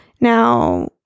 Now